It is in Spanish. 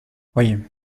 oye